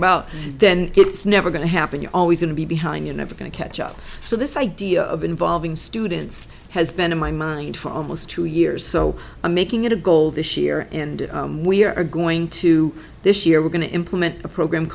about then it's never going to happen you're always going to be behind you're never going to catch up so this idea of involving students has been in my mind for almost two years so i'm making it a goal this year and we are going to this year we're going to implement a program